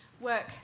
work